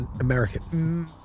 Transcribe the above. American